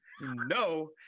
no